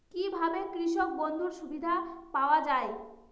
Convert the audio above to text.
কি ভাবে কৃষক বন্ধুর সুবিধা পাওয়া য়ায়?